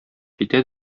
китә